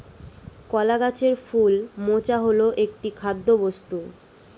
কলা গাছের ফুল মোচা হল একটি খাদ্যবস্তু